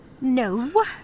No